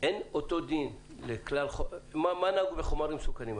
אין אותו דין מה נהוג לגבי חומרים מסוכנים אחרים?